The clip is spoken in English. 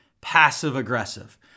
passive-aggressive